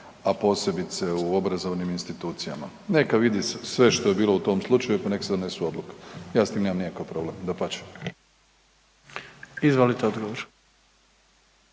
a posebice u obrazovnim institucijama. Neka vidi sve što je bilo u tom slučaju, pa nek se donesu odluke, ja s tim nemam nikakav problem, dapače. **Jandroković,